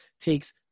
takes